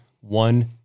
One